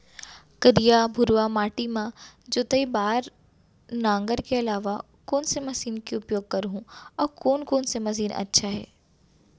करिया, भुरवा माटी म जोताई बार नांगर के अलावा अऊ कोन से मशीन के उपयोग करहुं अऊ कोन कोन से मशीन अच्छा है?